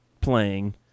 playing